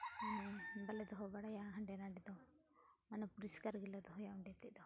ᱢᱟᱱᱮ ᱵᱟᱞᱮ ᱫᱚᱦᱚ ᱵᱟᱲᱟᱭᱟ ᱦᱟᱸᱰᱮ ᱱᱟᱸᱰᱮ ᱫᱚ ᱢᱟᱱᱮ ᱯᱚᱨᱤᱥᱠᱟᱨ ᱜᱮᱞᱮ ᱫᱚᱦᱚᱭᱟ ᱚᱸᱰᱮ ᱛᱮᱫᱚ ᱫᱚ